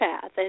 path